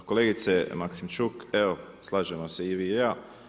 Pa kolegice Maksimčuk, evo slažemo se i vi i ja.